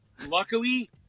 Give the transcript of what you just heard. luckily